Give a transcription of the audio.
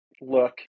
look